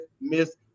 Miss